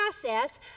process